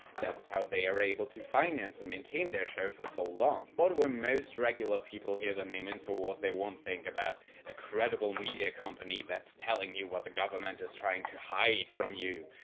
that's how they are able to finance and maintain their show for so long. but when most regular people hear the name infowars they won't think about a credible media company that's telling you what the government is trying to hide from you,